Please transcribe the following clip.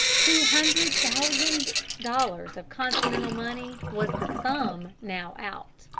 two hundred thousand dollars of continental money was the sum now out.